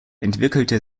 entwickelte